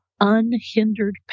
unhindered